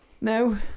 No